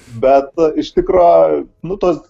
bet iš tikro nut tos